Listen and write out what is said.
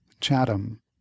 Chatham